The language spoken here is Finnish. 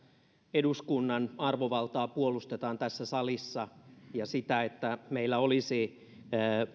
eduskunnan arvovaltaa puolustetaan tässä salissa ja sitä että meillä olisi